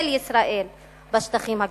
של ישראל בשטחים הכבושים.